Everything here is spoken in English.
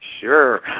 sure